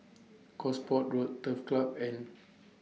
Gosport Road Turf Club and